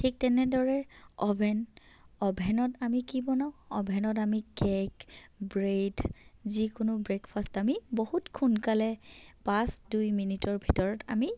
ঠিক তেনেদৰে অ'ভেন অ'ভেনত আমি কি বনাওঁ অ'ভেনত আমি কেক্ ব্ৰেড যিকোনো ব্ৰেকফাষ্ট আমি বহুত সোনকালে পাঁচ দুই মিনিটৰ ভিতৰত আমি